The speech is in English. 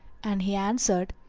and he answered,